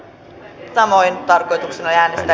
kannatan tehtyä esitystä